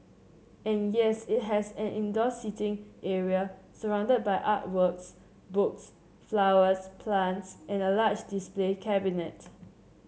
and yes it has an indoor seating area surrounded by art works books flowers plants and a large display cabinet